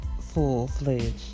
full-fledged